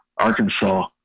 Arkansas